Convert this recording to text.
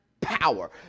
power